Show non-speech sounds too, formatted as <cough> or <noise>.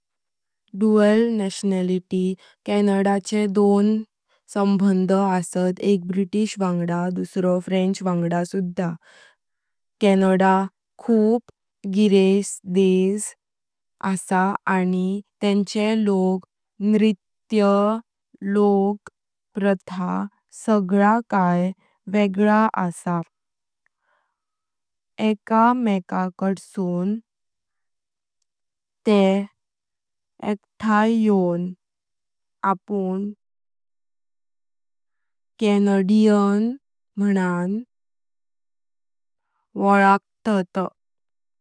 Dual nationality Canada चे दोन संबंध असात एक ब्रिटिश वांगडा दुसरो फ्रेंच वांगडा सुधा कॅनडा खूप गिरेश देश असा आनी तेंचे लोक नृत्य लोक प्रथा सगळा काये वेगळा असा <hesitation> एका मेका काडसून, ते एकठाई यों अपन <hesitation> कैनेडियन मनान <hesitation> वळाखतात।